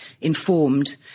informed